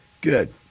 Good